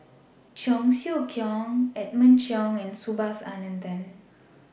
Cheong Siew Keong Edmund Cheng and Subhas Anandan